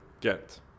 get